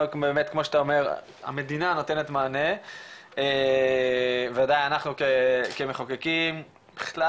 באמת כמו שאתה אומר המדינה נותנת מענה ואנחנו כמחוקקים בכלל